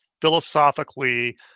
philosophically